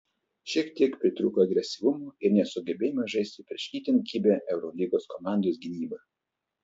šiek tiek pritrūko agresyvumo ir nesugebėjome žaisti prieš itin kibią eurolygos komandos gynybą